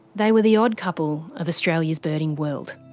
they were the odd couple of australia's birding world,